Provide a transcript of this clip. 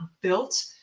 built